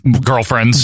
girlfriends